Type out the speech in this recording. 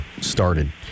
started